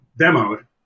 demoed